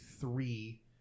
three –